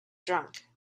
drunk